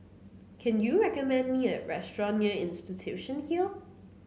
can you recommend me a restaurant near Institution Hill